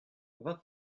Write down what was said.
vingt